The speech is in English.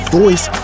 voice